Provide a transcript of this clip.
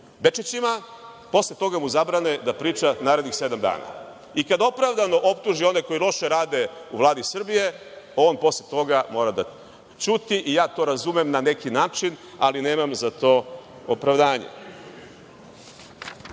Bečićima, posle toga mu zabrane da priča narednih sedam dana. I kada opravdano optuži one koji loše rade u Vladi Srbije, on posle toga mora da ćuti. Ja to razumem na neki način, ali nemam za to opravdanje. Goran